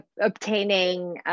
obtaining